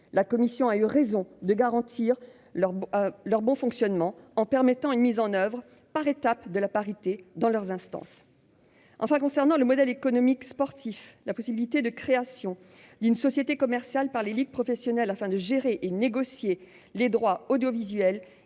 La commission a eu raison de garantir leur bon fonctionnement en permettant une mise en oeuvre par étapes de la parité dans leurs instances. Je termine en évoquant le modèle économique sportif. La possibilité de création d'une société commerciale par les ligues professionnelles pour gérer et négocier les droits audiovisuels